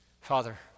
Father